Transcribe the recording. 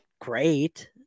great